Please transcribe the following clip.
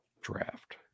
draft